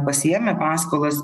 pasiėmę paskolas